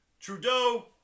Trudeau